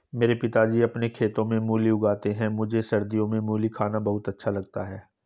मेरे पिताजी अपने खेतों में मूली उगाते हैं मुझे सर्दियों में मूली खाना बहुत अच्छा लगता है